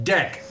Deck